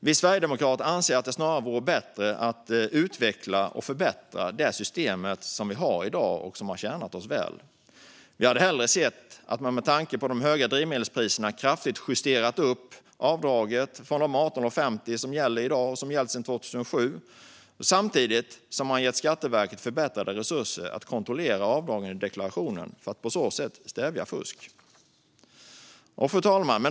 Vi sverigedemokrater anser att det vore bättre att utveckla och förbättra det system vi har i dag, som har tjänat oss väl. Vi hade hellre sett att man med tanke på de höga drivmedelspriserna kraftigt justerat upp avdraget från de 18,50 som gäller i dag och som gällt sedan 2007 samtidigt som man gett Skatteverket förbättrade resurser att kontrollera avdragen i deklarationerna för att på så sätt stävja fusk. Fru talman!